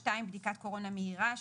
בדיקת קורונה מהירה,